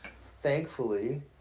thankfully